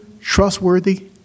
trustworthy